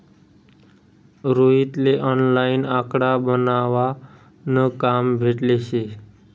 रोहित ले ऑनलाईन आकडा बनावा न काम भेटेल शे